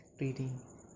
reading